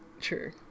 True